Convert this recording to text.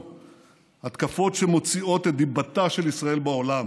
היום, אז זה בעייתי.